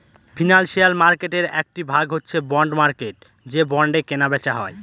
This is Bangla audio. ফিনান্সিয়াল মার্কেটের একটি ভাগ হচ্ছে বন্ড মার্কেট যে বন্ডে কেনা বেচা হয়